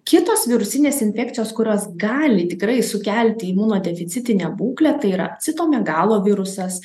kitos virusinės infekcijos kurios gali tikrai sukelti imunodeficitinę būklę tai yra citomegalo virusas